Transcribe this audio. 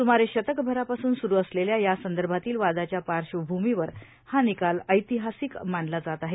सुमारे शतक भरापासून सुरू असलेल्या यासंदर्भातील वादाच्या पार्श्वभूमीवर हा निकाल ऐतिहासिक मानला जात आहे